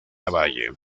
lavalle